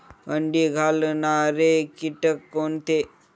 अंडी घालणारे किटक कोणते?